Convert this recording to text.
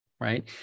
right